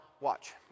watch